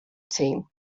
team